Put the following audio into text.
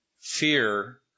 fear